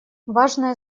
важное